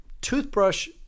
toothbrush